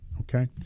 Okay